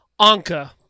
Anka